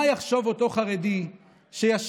מה יחשוב אותו חרדי שישב,